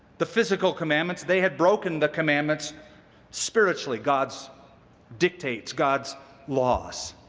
the physical commandments they had broken the commandments spiritually, god's dictates, god's laws.